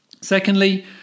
Secondly